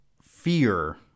fear